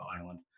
island